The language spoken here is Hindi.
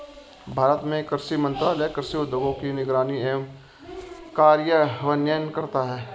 भारत में कृषि मंत्रालय कृषि उद्योगों की निगरानी एवं कार्यान्वयन करता है